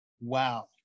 Wow